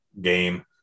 game